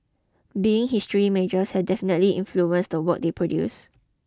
being history majors has definitely influenced the work they produce